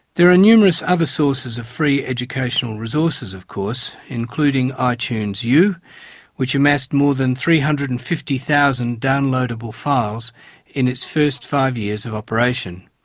there are numerous other sources of free educational resources, of course, including ah itunes u which amassed more than three hundred and fifty thousand downloadable files in its first five years of operation.